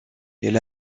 elle